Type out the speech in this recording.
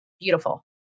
beautiful